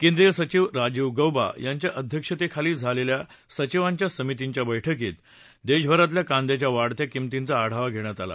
केंद्रीय सचिव राजीव गौबा यांच्या अध्यक्षतेखाली काल झालेल्या सचिवांच्या समितींच्या बैठकीत देशभरातल्या कांद्याच्या वाढत्या किंमतीचा आढावा घेण्यात आला